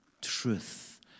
truth